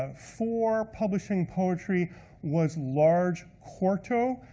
um for publishing poetry was large quarto.